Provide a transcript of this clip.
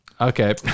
Okay